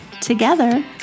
together